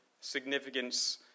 significance